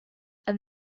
and